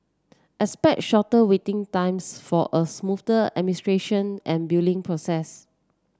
expect shorter waiting times for a smoother administration and billing process